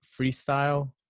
freestyle